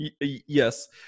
Yes